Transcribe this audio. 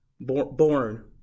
born